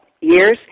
years